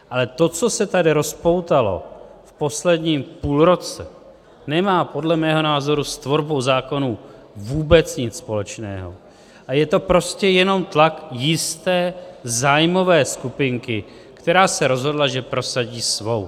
Ale to, co se tady rozpoutalo v posledním půlroce, nemá podle mého názoru s tvorbou zákonů vůbec nic společného a je to prostě jenom tlak jisté zájmové skupinky, která se rozhodla, že prosadí svou.